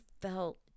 felt